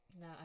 no